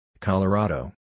Colorado